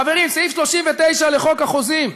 חברים, סעיף 39 לחוק החוזים,